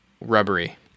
rubbery